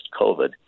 COVID